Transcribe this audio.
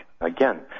again